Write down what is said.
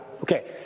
Okay